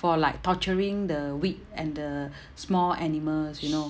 for like torturing the weak and the small animals you know